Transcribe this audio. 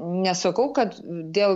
nesakau kad dėl